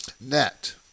Net